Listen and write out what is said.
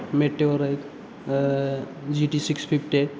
मेटवर आहेत G T six fifty आहेत